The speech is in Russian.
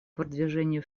продвижению